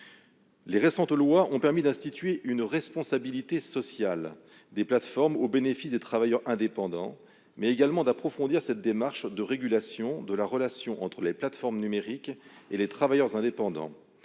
Les récentes lois ont permis d'instituer une responsabilité sociale des plateformes au bénéfice des travailleurs indépendants, mais également d'approfondir cette démarche de régulation de la relation entre les plateformes numériques et les travailleurs indépendants-